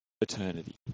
eternity